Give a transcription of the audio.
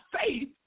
faith